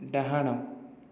ଡାହାଣ